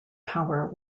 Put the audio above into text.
power